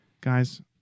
Guys